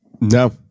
no